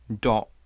dot